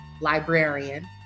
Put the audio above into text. librarian